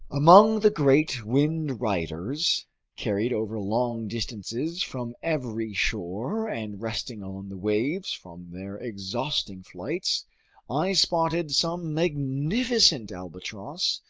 among the great wind riders carried over long distances from every shore and resting on the waves from their exhausting flights i spotted some magnificent albatross,